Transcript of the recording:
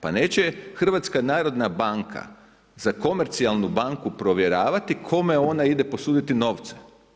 Pa neće HNB za komercijalnu banku provjeravati kome ona ide posuditi novce.